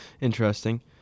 interesting